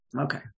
Okay